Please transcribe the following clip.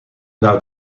naar